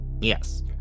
Yes